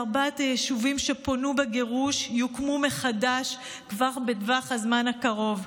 שארבעת היישובים שפונו בגירוש יוקמו מחדש כבר בטווח הזמן הקרוב.